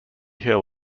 hill